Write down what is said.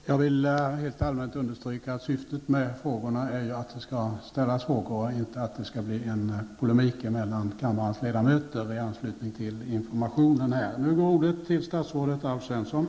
Jag vill rent allmänt understryka att syftet med att ge tillfälle till frågor i anslutning till regeringens information är att det skall ställas frågor och inte att det skall bli en polemik mellan kammarens ledamöter.